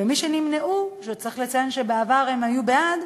ומי שנמנעו, וצריך לציין שבעבר הם היו בעד: